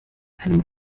einem